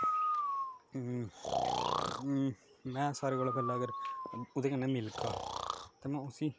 में सारे कोला पैह्ले अगर ओह्दे कन्नै मिलगा ते में उसी